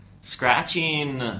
scratching